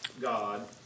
God